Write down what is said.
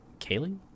kaylee